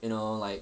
you know like